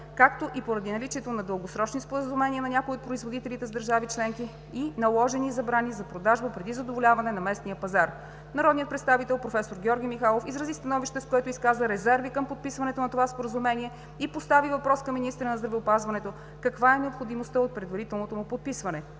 както и поради наличието на дългосрочни споразумения на някои от производителите с държави членки и наложени забрани за продажба преди задоволяване на местния пазар. Народният представител професор Георги Михайлов изрази становище, с което изказа резерви към подписването на това Споразумение и постави въпрос към министъра на здравеопазването каква е необходимостта от предварителното му подписване.